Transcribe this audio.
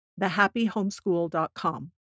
thehappyhomeschool.com